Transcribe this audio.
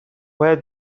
where